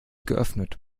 geöffnet